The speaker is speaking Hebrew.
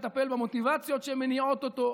יטפל במוטיבציות שמניעות אותו.